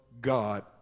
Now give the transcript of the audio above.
God